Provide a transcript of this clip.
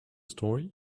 story